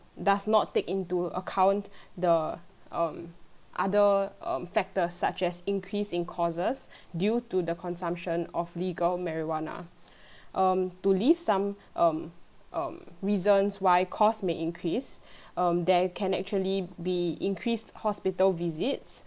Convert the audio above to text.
does not take into account the um other um factors such as increase in causes due to the consumption of legal marijuana um to list some um um reasons why cost may increase um there can actually be increased hospital visits